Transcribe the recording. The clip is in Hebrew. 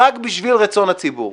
רק בשביל רצון הציבור.